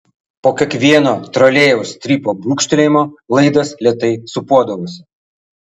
po kiekvieno trolėjaus strypo brūkštelėjimo laidas lėtai sūpuodavosi